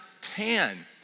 tan